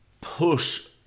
push